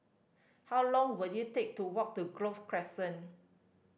how long will it take to walk to Grove Crescent